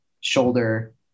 shoulder